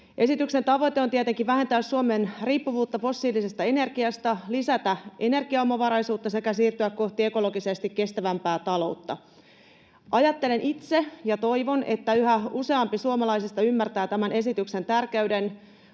Esityksen tavoite on tietenkin vähentää Suomen riippuvuutta fossiilisesta energiasta, lisätä energiaomavaraisuutta sekä siirtyä kohti ekologisesti kestävämpää taloutta. Ajattelen itse ja toivon, että yhä useampi suomalaisista ymmärtää tämän esityksen tärkeyden